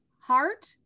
Heart